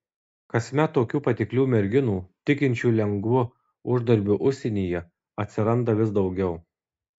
kasmet tokių patiklių merginų tikinčių lengvu uždarbiu užsienyje atsiranda vis daugiau